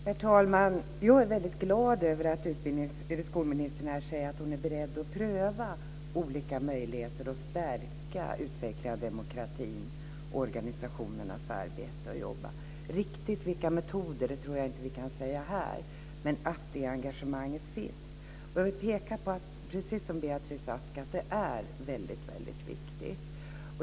Herr talman! Jag är väldigt glad över att skolministern säger att hon är beredd att pröva olika möjligheter att stärka utvecklingen av demokratin och organisationernas arbete. Riktigt vilka metoder man ska använda tror jag inte att vi kan tala om här, men vi kan säga att det engagemanget finns. Jag vill, precis som Beatrice Ask, peka på att det är väldigt viktigt.